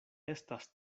estas